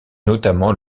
notamment